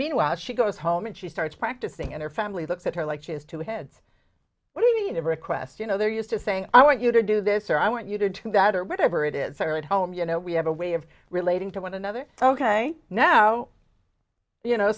meanwhile she goes home and she starts practicing and her family looks at her like she has two heads do you never a question oh they're used to saying i want you to do this or i want you to do that or whatever it is or at home you know we have a way of relating to one another ok now you know